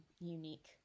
unique